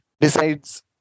decides